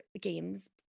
games